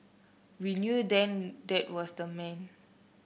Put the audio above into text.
we knew then that was the man